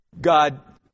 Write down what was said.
God